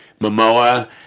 Momoa